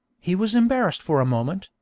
he was embarrassed for a moment,